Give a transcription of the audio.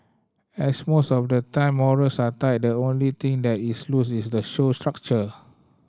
as most of the time morals are tight the only thing that is loose is the show's structure